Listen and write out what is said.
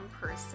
person